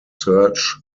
search